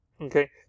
okay